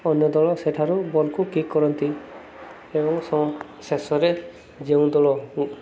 ଅନ୍ୟ ଦଳ ସେଠାରୁ ବଲ୍କୁ କିିକ୍ କରନ୍ତି ଏବଂ ଶେଷରେ ଯେଉଁ ଦଳ